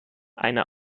eine